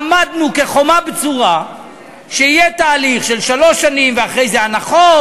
עמדנו כחומה בצורה שיהיה תהליך של שלוש שנים ואחרי זה הנחות.